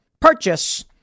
purchase